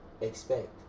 Expect